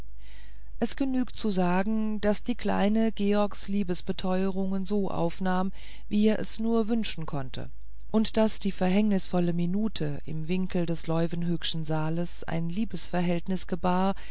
es genügt zu sagen daß die kleine georgs liebesbeteurungen so aufnahm wie er es nur wünschen konnte und daß die verhängnisvolle minute im winkel des leuwenhoekschen saals ein liebesverhältnis gebar